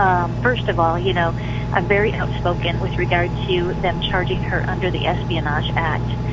um first of all, you know i'm very outspoken with regard to them charging her under the espionage act.